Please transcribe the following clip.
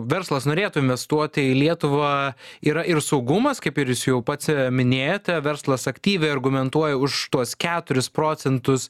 verslas norėtų investuoti į lietuvą yra ir saugumas kaip ir jūs jau pats minėjote verslas aktyviai argumentuoja už tuos keturis procentus